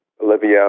Olivia